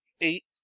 eight